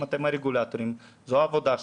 אם אתם הרגולטורים, זו העבודה שלכם,